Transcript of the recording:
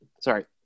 sorry